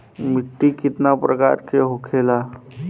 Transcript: मिट्टी कितना प्रकार के होखेला?